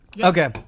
Okay